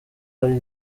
hari